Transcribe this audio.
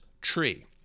tree